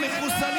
טרור.